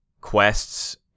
quests